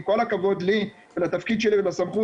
עם כל הכבוד לי ולתפקיד שלי ולסמכות